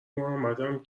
محمدم